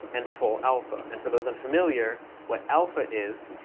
and full alpha. and for those unfamiliar what alpha is,